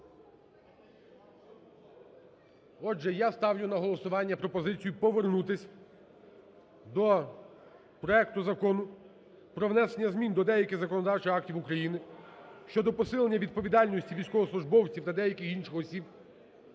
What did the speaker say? Отже, я ставлю на голосування пропозицію повернутись до проекту Закону про внесення змін до деяких законодавчих актів України щодо посилення відповідальності військовослужбовців та деяких інших осіб,